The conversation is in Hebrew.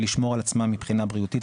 ולשמור על עצמם מבחינה בריאותית.